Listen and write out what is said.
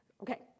Okay